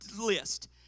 list